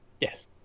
Yes